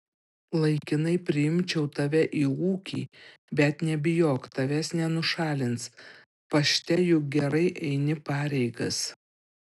laikinai priimčiau tave į ūkį bet nebijok tavęs nenušalins pašte juk gerai eini pareigas